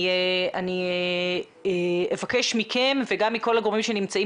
אני אבקש מכם וגם מכל הגורמים שנמצאים